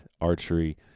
Archery